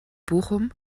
bochum